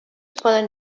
poden